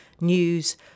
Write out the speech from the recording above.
news